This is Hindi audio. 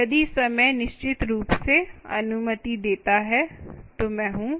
यदि समय निश्चित रूप से अनुमति देता है तो मैं हूं